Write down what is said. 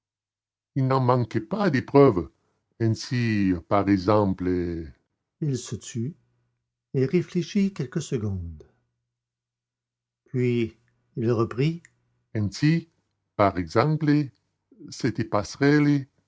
il n'en manque pas de preuves ainsi par exemple il se tut et réfléchit quelques secondes puis il reprit ainsi par exemple cette passerelle